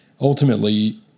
ultimately